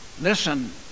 listen